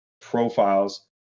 profiles